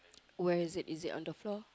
where is it is it on the floor